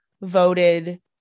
voted